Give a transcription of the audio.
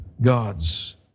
gods